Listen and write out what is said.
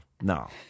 no